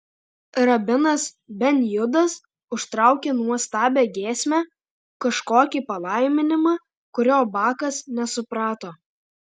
rabinas ben judas užtraukė nuostabią giesmę kažkokį palaiminimą kurio bakas nesuprato